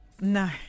No